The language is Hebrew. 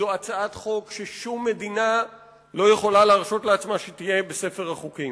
זו הצעת חוק ששום מדינה לא יכולה להרשות לעצמה שתהיה בספר החוקים.